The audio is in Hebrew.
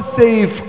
כל סעיף,